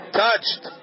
touched